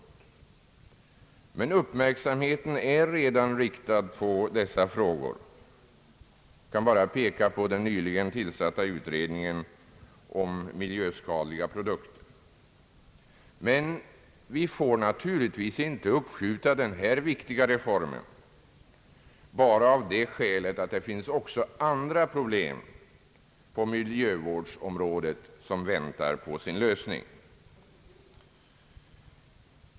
Men uppmärksamheten är riktad på de nu aktuella frågorna. Jag skall bara peka på den nyligen tillsatta utredningen oem miljöskadliga produkter. Men vi får naturligtvis inte uppskjuta denna viktiga reform bara av det skälet att det också finns andra problem på miljövårdens område som väntar på sin lösning.